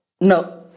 No